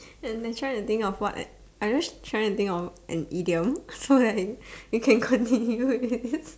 then I trying of what I am just trying to think of an idiom so you can continue with this